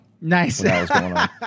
Nice